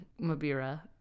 mabira